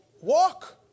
walk